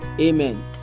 Amen